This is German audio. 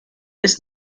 ist